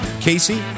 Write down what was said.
Casey